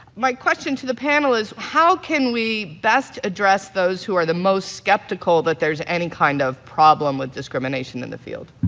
my question to the panel is, how can we best address those who are the most skeptical that there's any kind of problem with discrimination in the field?